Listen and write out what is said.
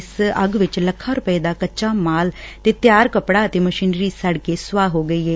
ਇਸ ਅੱਗ ਵਿਚ ਲੱਖਾ ਰੁਪੈ ਦਾ ਕੱਚਾ ਮਾਲ ਤੇ ਤੈਂਆਰ ਕੱਪੜਾ ਅਤੇ ਮਸ਼ੀਨਰੀ ਸੜ ਕੇ ਸੁਆਹ ਹੋ ਗੱਈ ਏ